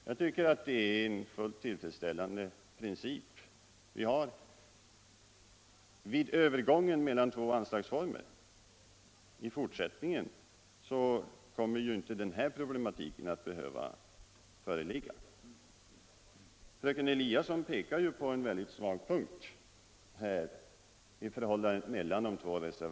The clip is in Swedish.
Jag tycker att det är en fullt tillfredsställande princip vid övergången mellan två anslagsformer. I fortsättningen kommer ju denna problematik inte att behöva föreligga. Fröken Eliasson pekade på en svag punkt i reservation 3.